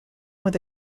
with